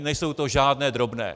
Nejsou to žádné drobné.